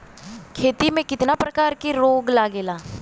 खेती में कितना प्रकार के रोग लगेला?